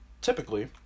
Typically